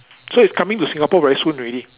so it's coming to Singapore very soon already